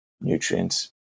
nutrients